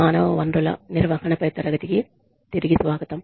మానవ వనరుల నిర్వహణపై తరగతికి తిరిగి స్వాగతం